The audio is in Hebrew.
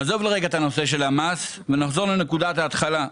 נעזוב לרגע את הנושא של המס ונחזור לנקודת ההתחלה.